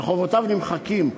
וחובותיו נמחקים,